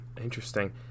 Interesting